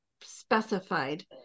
specified